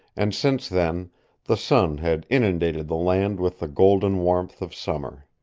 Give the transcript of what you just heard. and since then the sun had inundated the land with the golden warmth of summer.